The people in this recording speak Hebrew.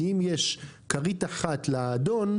כי אם יש כרית אחת לאדון,